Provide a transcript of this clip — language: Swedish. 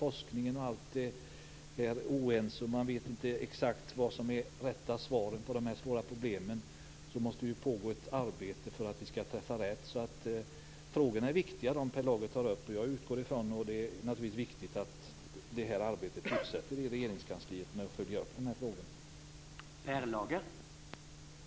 Forskningen är dock oense, och man vet inte exakt vad som är det rätta svaret på dessa svåra problem. Vi måste bedriva ett arbete för att träffa rätt. De frågor som Per Lager tar upp är viktiga, och det är naturligtvis väsentligt att arbetet med att följa upp de här frågorna fortsätter i Regeringskansliet.